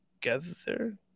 together